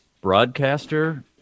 broadcaster